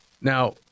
Now